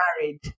married